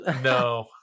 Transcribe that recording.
No